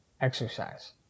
Exercise